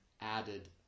added